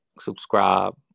subscribe